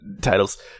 titles